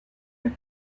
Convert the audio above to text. the